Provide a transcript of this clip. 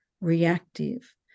reactive